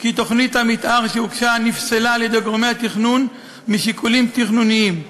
כי תוכנית המתאר שהוגשה נפסלה על-ידי גורמי התכנון משיקולים תכנוניים.